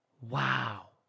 Wow